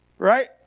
Right